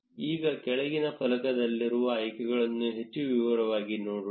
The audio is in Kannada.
ಈಗ ಕೆಳಗಿನ ಫಲಕದಲ್ಲಿರುವ ಆಯ್ಕೆಗಳನ್ನು ಹೆಚ್ಚು ವಿವರವಾಗಿ ನೋಡೋಣ